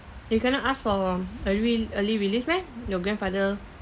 you cannot ask for early early release meh your grandfather